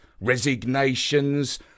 resignations